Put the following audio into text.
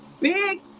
big